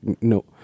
no